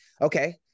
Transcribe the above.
Okay